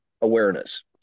awareness